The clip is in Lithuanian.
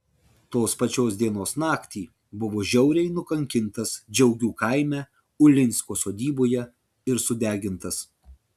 tos pačios dienos naktį buvo žiauriai nukankintas džiaugių kaime ulinsko sodyboje ir sudegintas